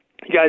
guys